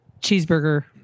Cheeseburger